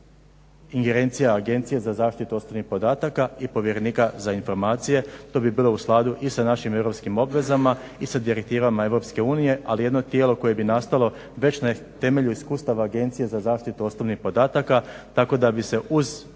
ingerencija agencija za zaštitu osobnih podataka i povjerenika za informacije, to bi bilo u skladu i sa našim europskim obvezama i sa direktivama EU ali jedno tijelo koje bi nastalo već na temelju iskustava Agencije za zaštitu osobnih podataka tako da bi se uz